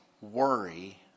worry